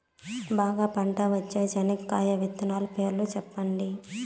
బాగా పంట వచ్చే చెనక్కాయ విత్తనాలు పేర్లు సెప్పండి?